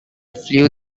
flew